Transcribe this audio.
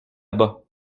bas